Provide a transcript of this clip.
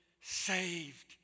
saved